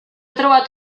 trobat